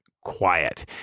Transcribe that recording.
quiet